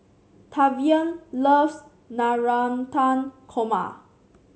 Tavian loves Navratan Korma